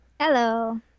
Hello